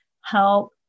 help